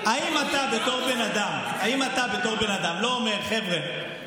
האם אתה בתור בן אדם לא אומר: חבר'ה,